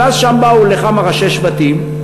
אבל אז, שם, באו לכמה ראשי שבטים,